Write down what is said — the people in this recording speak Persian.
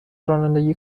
رانندگی